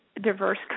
diverse